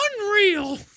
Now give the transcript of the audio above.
unreal